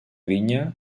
vinya